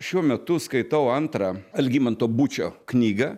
šiuo metu skaitau antrą algimanto bučio knygą